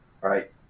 right